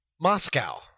Moscow